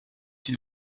une